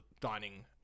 dining